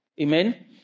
Amen